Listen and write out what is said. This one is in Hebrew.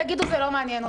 ותגידו זה לא מעניין אותי.